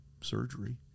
surgery